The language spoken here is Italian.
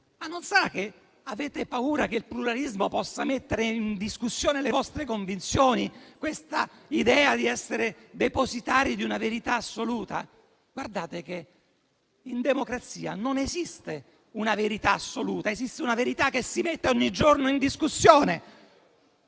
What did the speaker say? Non sarà che avete paura che il pluralismo possa mettere in discussione le vostre convinzioni, questa idea di essere depositari di una verità assoluta? Guardate che in democrazia non esiste una verità assoluta, esiste una verità che si mette in discussione